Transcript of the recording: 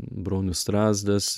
bronius strazdas